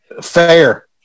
Fair